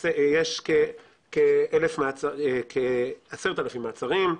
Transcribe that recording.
אז יש כ-10,000 מעצרים,